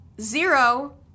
zero